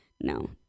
No